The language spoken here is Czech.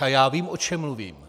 A já vím, o čem mluvím.